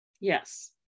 Yes